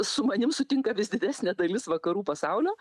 su manim sutinka vis didesnė dalis vakarų pasaulio